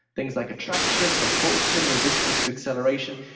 things like attraction, repulsion, resistance to acceleration.